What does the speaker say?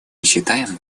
считаем